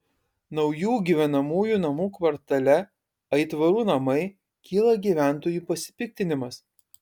naujų gyvenamųjų namų kvartale aitvarų namai kyla gyventojų pasipiktinimas